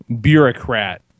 bureaucrat